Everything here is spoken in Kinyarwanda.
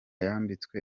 yambitswe